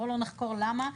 בוא לא נחקור למה,